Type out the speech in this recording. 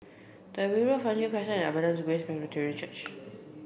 Tyrwhitt Road Fernhill Crescent and Abundant Grace Presbyterian Church